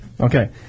Okay